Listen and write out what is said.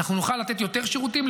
אנחנו נוכל לתת יותר שירותים,